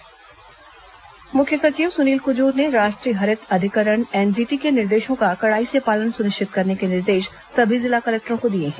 मुख्य सचिव एनजीटी मुख्य सचिव सुनील कुजूर ने राष्ट्रीय हरित अधिकरण एनजीटी के निर्देशों का कड़ाई से पालन सुनिश्चित करने के निर्देश सभी जिला कलेक्टरों को दिए हैं